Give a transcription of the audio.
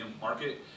market